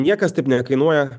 niekas taip nekainuoja